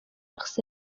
arsenal